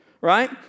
right